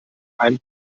ein